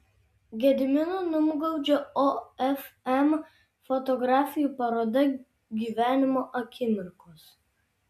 gedimino numgaudžio ofm fotografijų paroda gyvenimo akimirkos